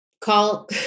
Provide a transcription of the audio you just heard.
call